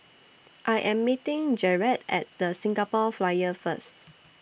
I Am meeting Jerad At The Singapore Flyer First